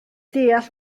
deall